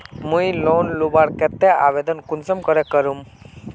मुई लोन लुबार केते आवेदन कुंसम करे करूम?